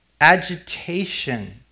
agitation